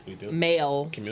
male